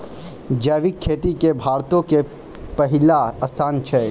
जैविक खेती मे भारतो के पहिला स्थान छै